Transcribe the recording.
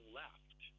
left